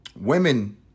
women